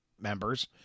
members